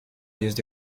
jest